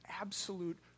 absolute